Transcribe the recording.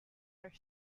are